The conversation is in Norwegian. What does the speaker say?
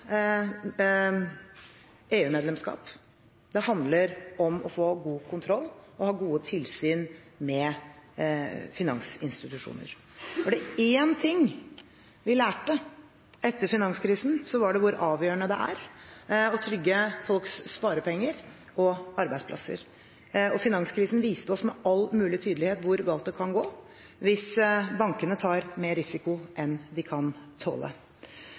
handler om å få god kontroll og ha gode tilsyn med finansinstitusjoner. Er det én ting vi har lært etter finanskrisen, er det hvor avgjørende det er å trygge folks sparepenger og arbeidsplasser. Finanskrisen viste oss med all mulig tydelighet hvor galt det kan gå hvis bankene tar mer risiko enn de kan tåle.